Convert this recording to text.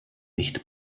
nicht